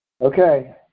okay